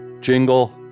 jingle